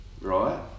right